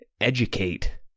educate